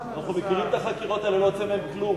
אנחנו מכירים את החקירות, הרי לא יוצא מהן כלום.